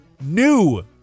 new